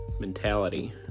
mentality